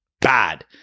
bad